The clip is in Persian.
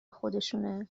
خودشونه